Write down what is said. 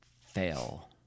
Fail